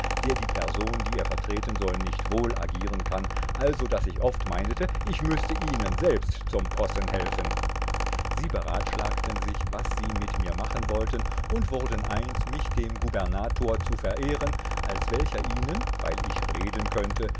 der die person die er vertretten soll nicht wohl agieren kann also daß ich oft meinete ich müßte ihnen selbst zum possen helfen sie beratschlagten sich was sie mit mir machen wollten und wurden eins mich dem gubernator zu verehren als welcher ihnen weil ich reden könnte